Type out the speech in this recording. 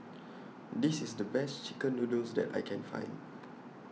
This IS The Best Chicken Noodles that I Can Find